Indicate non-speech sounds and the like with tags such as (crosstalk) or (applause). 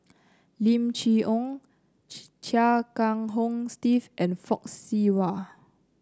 Lim Chee Onn (unintelligible) Chia Kiah Hong Steve and Fock Siew Wah